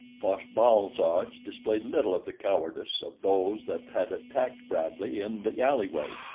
fosh-bal-soj displayed little of the cowardice of those that had attacked bradley in the alleyway,